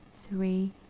three